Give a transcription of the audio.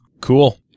Cool